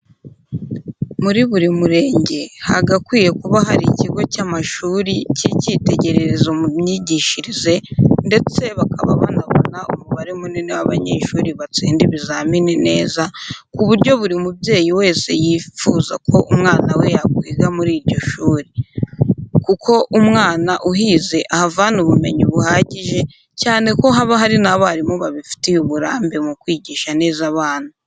Muri buri murenge hagakwiye kuba hari ikigo cy'amashuri cy'icyitegererezo mu myigishirize ndetse bakaba banabona umubare munini w'abanyeshuri batsinda ibizamini neza, ku buryo buri mubyeyi wese yifuza ko umwana we yakwiga muri iryo shuri. Kuko umwana uhize ahavana ubumenyi buhagije, cyane ko haba hari n'abarimu babifitiye uburambe mu kwigisha neza abana.